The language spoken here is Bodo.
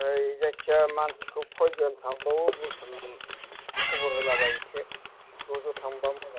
ओइ जायखिजाया मानसिखौ कैजोन थांबावो बुथुम खबर होलाबाय एसे ज' ज' थांबा मोजांलै